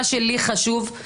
מה שלי חשוב,